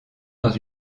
dans